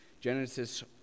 Genesis